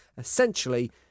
Essentially